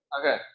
Okay